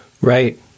Right